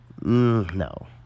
No